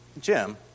Jim